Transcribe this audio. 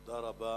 תודה רבה.